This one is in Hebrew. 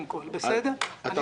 כל